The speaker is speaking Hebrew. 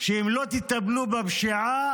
שאם לא תטפלו בפשיעה,